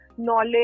Knowledge